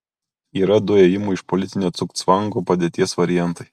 yra du ėjimų iš politinio cugcvango padėties variantai